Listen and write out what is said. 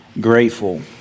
grateful